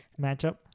matchup